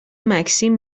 مکسیم